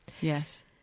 Yes